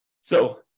So-